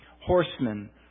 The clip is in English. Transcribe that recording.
horsemen